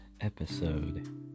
episode